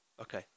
Okay